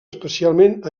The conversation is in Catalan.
especialment